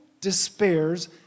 despairs